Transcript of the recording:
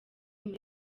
muri